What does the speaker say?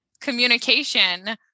communication